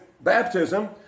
baptism